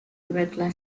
irregular